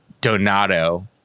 Donato